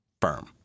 firm